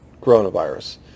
coronavirus